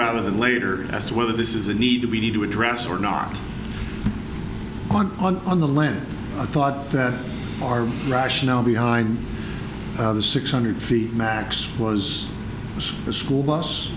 rather than later as to whether this is a need to be to address or not on on on the land i thought that our rationale behind the six hundred feet max was it was a school bus